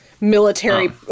military